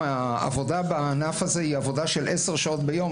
העבודה בענף הזה היא עבודה של עשר שעות ביום,